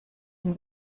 den